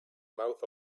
mouth